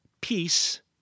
peace